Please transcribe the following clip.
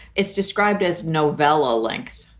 it's described as novella length.